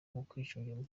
umutekano